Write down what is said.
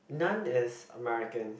none is American